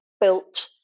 built